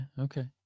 Okay